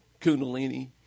kundalini